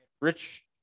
Rich